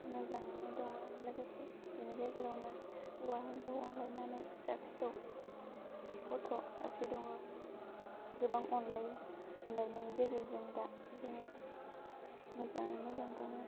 मोजाङैनो दङ लोगोसे बेनि गेजेरावनो हौवा हिन्जाव अनलायनानै फिसा फिसौ गथ' सासे दङ गोबां अनलायो अनलायनायनि गेजेरजों दा जोङो मोजाङै मोजां दङ